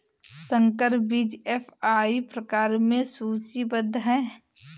संकर बीज एफ.आई प्रकार में सूचीबद्ध है